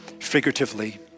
figuratively